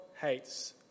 hates